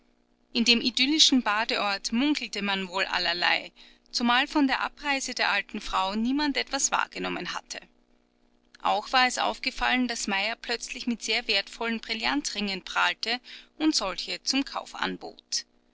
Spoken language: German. in dem idyllischen badeort munkelte man wohl allerlei zumal von der abreise der alten frau niemand etwas wahrgenommen hatte auch war es aufgefallen daß meyer plötzlich mit sehr wertvollen brillantringen prahlte und solche zum kauf anbot